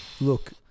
look